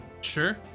Sure